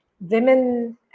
Women